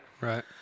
Right